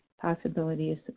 possibilities